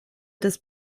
des